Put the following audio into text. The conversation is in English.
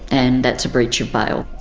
and that's a breach of bail.